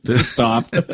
stop